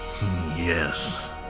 yes